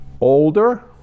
older